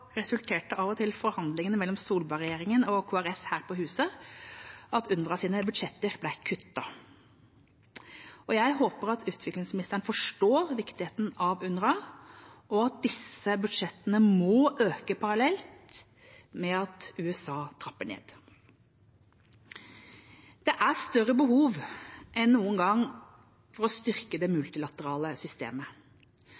resulterte av og til forhandlingene mellom Solberg-regjeringa og Kristelig Folkeparti her på huset i at UNRWAs budsjetter ble kuttet. Jeg håper at utviklingsministeren forstår viktigheten av UNRWA, og at disse budsjettene må øke parallelt med at USA trapper ned. Det er større behov enn noen gang for å styrke det